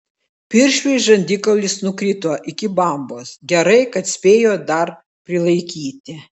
piršliui žandikaulis nukrito iki bambos gerai kad spėjo dar prilaikyti